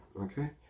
Okay